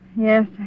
Yes